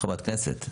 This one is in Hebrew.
חברת כנסת?